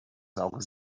saure